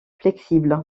flexible